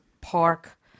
park